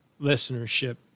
listenership